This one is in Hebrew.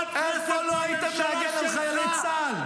איפה הייתם להגן על חיילי צה"ל.